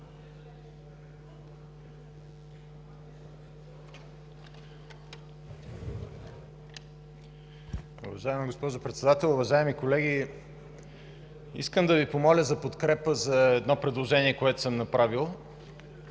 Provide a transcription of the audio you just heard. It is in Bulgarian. Уважаема госпожо Председател, уважаеми колеги! Искам да Ви помоля за подкрепа на едно предложение, което съм направил.